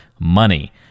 money